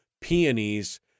peonies